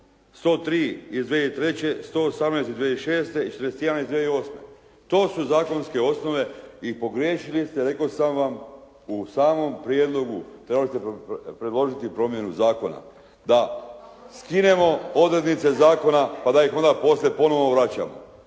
103 iz 2003., 118 iz 2206. i 41. iz 2008. To su zakonske osnove i pogriješili ste, rekao sam vam u samom prijedlogu trebali ste predložiti promjenu zakona da skinemo odrednice zakona pa da ih onda poslije ponovo vraćamo.